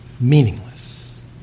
meaningless